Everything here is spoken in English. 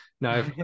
No